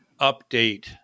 update